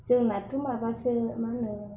जोंनाथ' माबासो मा होनो